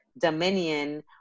dominion